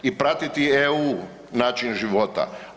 i pratiti EU način života.